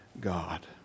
God